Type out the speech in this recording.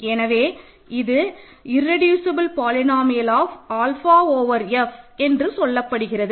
எனவே இது irreducible polynomial of alpha over F என்று சொல்லப்படுகிறது